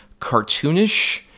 cartoonish